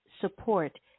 support